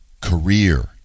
career